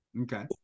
okay